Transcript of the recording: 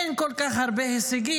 אין כל כך הרבה הישגים